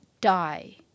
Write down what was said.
die